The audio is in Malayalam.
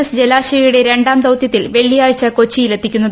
എസ് ജലാശ്വയുടെ രണ്ടാം ദൌത്യത്തിൽ വെള്ളിയാഴ്ച കൊച്ചിയിൽ എത്തിക്കുന്നത്